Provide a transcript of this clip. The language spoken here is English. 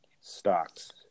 Stocks